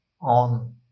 on